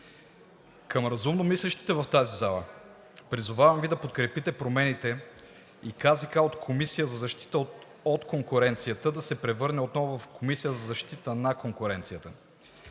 Към разумномислещите в тази зала – призовавам Ви да подкрепите промените и КЗК от Комисия за защита от конкуренцията да се превърне отново в Комисия за защита на конкуренцията.